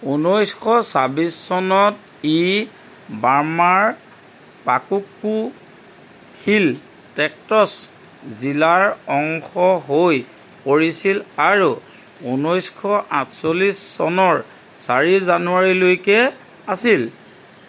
ঊনৈছশ ছাব্বিছ চনত ই বাৰ্মাৰ পাকোক্কু হিল ট্ৰেক্টচ জিলাৰ অংশ হৈ পৰিছিল আৰু ঊনৈছশ আঠচল্লিছ চনৰ চাৰি জানুৱাৰীলৈকে আছিল